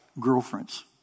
girlfriends